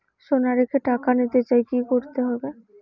সোনা রেখে টাকা নিতে চাই কি করতে হবে?